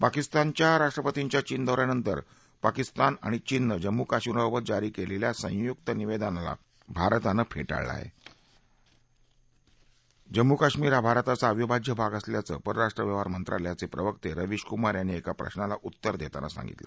पाकिस्तानच्या राष्ट्रपतींच्या चीन दौऱ्यानंतर पाकिस्तान आणि चीननं जम्मू काश्मीर बाबत जारी केलेलं संयुक्त निवेदनला भारतानं फे अविभाज्य भाग असल्याचं परराष्ट्र व्यवहार मंत्रालयाचे प्रवक्ते रवीश कुमार यांनी एका प्रश्नाला उत्तर देताना सांगितलं